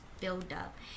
buildup